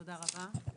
תודה רבה.